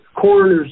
coroner's